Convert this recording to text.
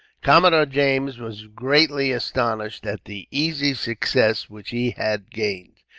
commodore james was greatly astonished at the easy success which he had gained.